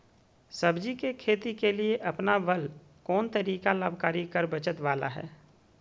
सब्जी के खेती के लिए अपनाबल कोन तरीका लाभकारी कर बचत बाला है?